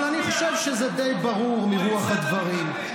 אבל אני חושב שזה די ברור מרוח הדברים.